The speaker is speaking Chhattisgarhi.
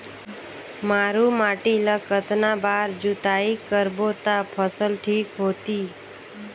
मारू माटी ला कतना बार जुताई करबो ता फसल ठीक होती?